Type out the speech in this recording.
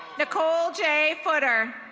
nicole j footer.